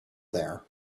there